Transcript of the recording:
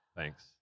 Thanks